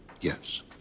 Yes